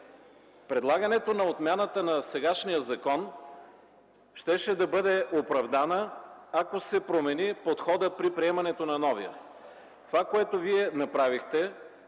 Предлагането на отмяната на сегашния закон щеше да бъде оправдано, ако се промени подходът при приемането на новия. Това, което Вие направихте